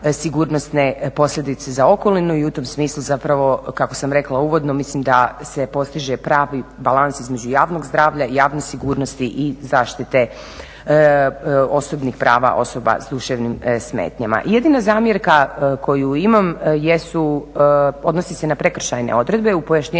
sigurnosne posljedice za okolinu i u tom smislu kako sam rekla uvodno mislim da se postiže pravni balans između javnog zdravlja i javne sigurnosti i zaštite osobnih prava osoba s duševnim smetnjama. Jedina zamjerka koju imam jesu odnosi se na prekršajne odredbe u pojašnjenju.